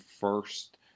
first